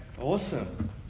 Awesome